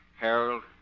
Harold